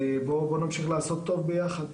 בואו נמשיך לעשות טוב ביחד.